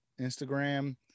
instagram